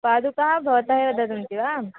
पादुकाः भवन्तः एव ददन्ति वा